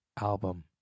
album